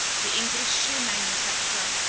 the english shoe manufacturer,